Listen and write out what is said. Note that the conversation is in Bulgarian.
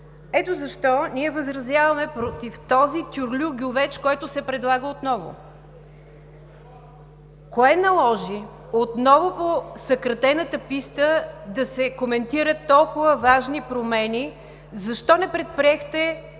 Ето защо ние възразяваме против този тюрлюгювеч, който се предлага отново. Кое наложи отново по съкратената писта да се коментират толкова важни промени? Защо не предприехте